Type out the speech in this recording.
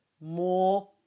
more